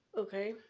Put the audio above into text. okay.